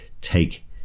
take